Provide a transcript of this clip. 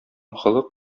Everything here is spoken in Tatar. холык